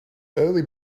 early